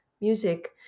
music